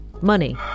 Money